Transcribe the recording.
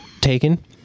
taken